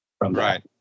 Right